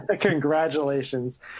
Congratulations